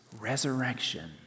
resurrection